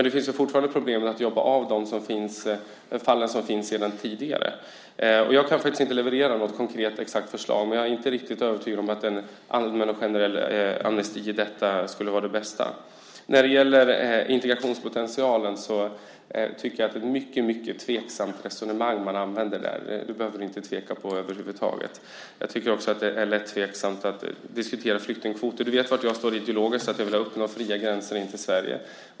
Det finns fortfarande problem med att jobba av de fall som finns sedan tidigare. Jag kan faktiskt inte leverera något konkret exakt förslag. Jag är inte riktigt övertygad om att en allmän och generell amnesti skulle vara det bästa. När det gäller integrationspotentialen tycker jag att det är ett mycket tveksamt resonemang. Du behöver inte tveka över huvud taget. Det är också tveksamt att diskutera flyktingkvoter. Du vet var jag står ideologiskt. Jag vill uppnå fria gränser in till Sverige.